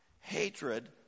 hatred